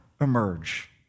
emerge